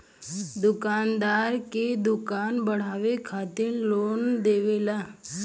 दुकानदार के दुकान बढ़ावे खातिर लोन देवेला